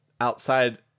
outside